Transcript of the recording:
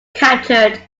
captured